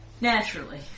naturally